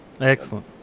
Excellent